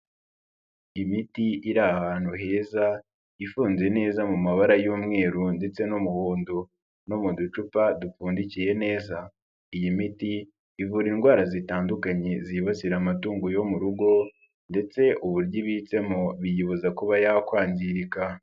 Imiti iri ahantu heza ifunze neza mu mabara y'umweru ndetse n'umuhondo no mu ducupa dupfundikiye neza, iyi miti ivura indwara zitandukanye zibasira amatungo yo mu rugo ndetse uburyo ibitsemo biyibuza kuba yakwangirika.